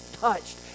touched